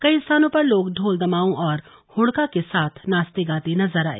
कई स्थानों पर लोग ढोल दमाऊं और हडका के साथ नाचते गाते नजर आए